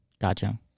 gotcha